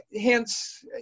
hence